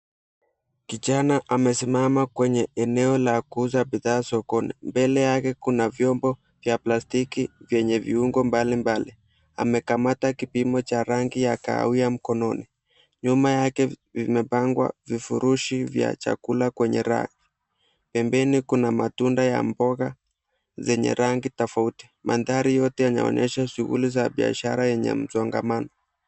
Kijana amesimama kwenye eneo la kuuza bidhaa sokoni. Mbele yake kuna vyombo vya plastiki, vyenye viungo mbalimbali. Amekamata kipimo cha rangi ya kahawia mkononi. Nyuma yake vimepangwa vifurushi vya chakula kwenye rafu. Pembeni kuna matunda ya mboga, zenye rangi tofauti. Mandhari yote yanaonyesha shughuli za biashara yenye msongamano.